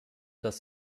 das